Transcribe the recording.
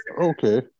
Okay